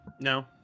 No